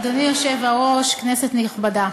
אדוני היושב-ראש, כנסת נכבדה,